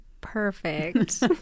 perfect